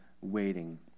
waiting